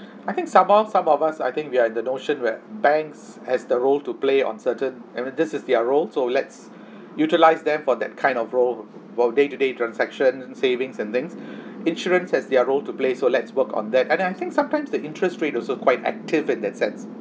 I think some more some of us I think we are in the notion where banks has the role to play on certain I mean this is their role so let's utilise them for that kind of role while day to day transaction savings and things insurance has their role to play so let's work on that and I think sometimes the interest rate also quite active in that sense